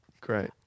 great